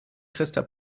christa